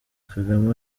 kagame